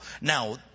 Now